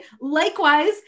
Likewise